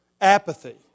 apathy